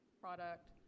product